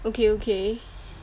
okay okay